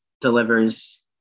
delivers